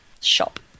shop